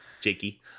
Jakey